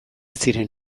ziren